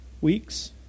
weeks